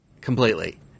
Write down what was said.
completely